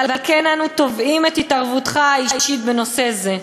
ועל כן אנו תובעים את התערבותך האישית בנושא זה.